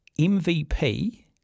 MVP